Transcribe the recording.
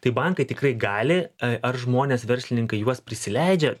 tai bankai tikrai gali ar žmonės verslininkai juos prisileidžia